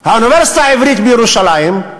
באוניברסיטה העברית בירושלים,